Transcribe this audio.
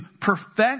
perfect